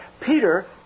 Peter